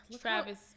Travis